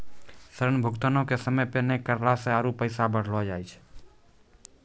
ऋण भुगतानो के समय पे नै करला से आरु पैसा बढ़लो जाय छै